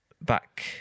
back